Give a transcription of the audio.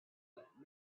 but